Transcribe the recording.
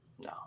No